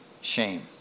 shame